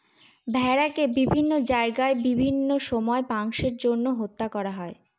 ভেড়াকে বিভিন্ন জায়গায় ও বিভিন্ন সময় মাংসের জন্য হত্যা করা হয়